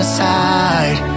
side